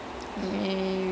i will check